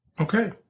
Okay